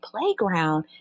playground